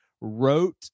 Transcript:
wrote